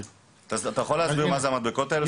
אתה יכול להסביר מה זה המדבקות האלה,